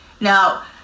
Now